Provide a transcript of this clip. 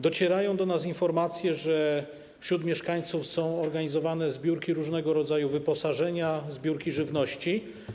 Docierają do nas informacje, że wśród mieszkańców są organizowane zbiórki różnego rodzaju wyposażenia, zbiórki żywności.